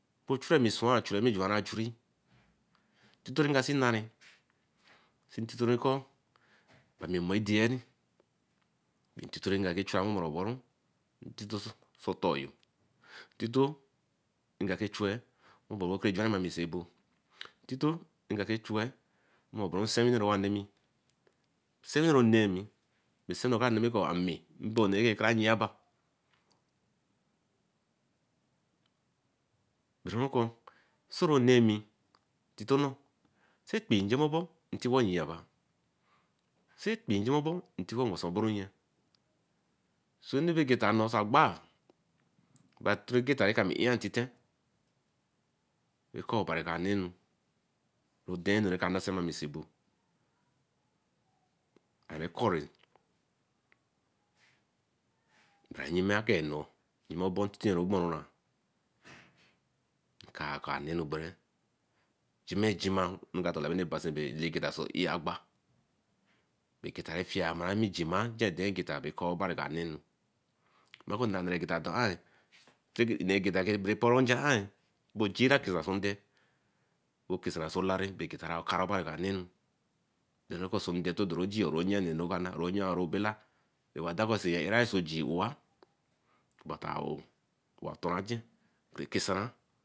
Be churemi swan bay churemi gwan a jii ntite nga see nnari bay ntito nko nka gbo enu redien ntito nka juwanye sey bo ntito rey nka see chuey beran nsewine wey owa nee me, nsewine re nemi bey nsewini aewe nemi kara yeaba Baraown ke nnemi ntito ner ekpi njemebor ntiwo yeaba sey ekpi njemeber ntiwo weseboro nye. Sebegeta neso nagbe ame ayetiten e ke obari wa nenu ede anu rekanasetmi sey bō Ameken ayekeenu yenuebotitieborn kaka anenubere jimejima nkadala anu rekebere egba. Egeta refiyamammi jima gengeta be ker obari wanenu maku mar gengeta jama eh nnegeta re poro njiaaye bojira kinasunde bo kesan sey solare carey obari wanenu bey tora jie ro yan anu reokana royan ame rebayla, ewa daa ke seē rice wai kaysan